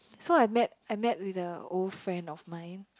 so I met I met with a old friend of mine